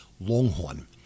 Longhorn